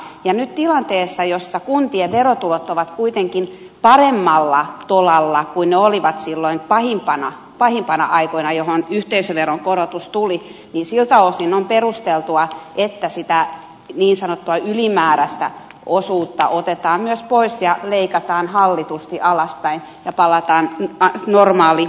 ja nyt tilanteessa jossa kuntien verotulot ovat kuitenkin paremmalla tolalla kuin ne olivat silloin pahimpana aikana johon yhteisöveron korotus tuli on siltä osin perusteltua että sitä niin sanottua ylimääräistä osuutta otetaan myös pois ja leikataan hallitusti alaspäin ja palataan normaalitilanteeseen